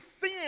sin